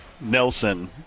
Nelson